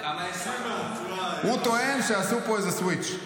כמה --- הוא טוען שעשו פה איזה סוויץ'.